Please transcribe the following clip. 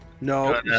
No